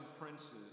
princes